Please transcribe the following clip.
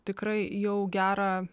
tikrai jau gerą